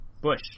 Bush